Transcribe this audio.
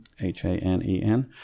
h-a-n-e-n